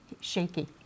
Shaky